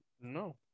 no